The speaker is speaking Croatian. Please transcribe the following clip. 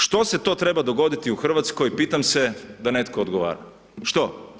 Što se to treba dogoditi u Hrvatskoj, pitam se, da netko odgovara, što?